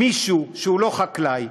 מישהו שהוא לא חקלאי,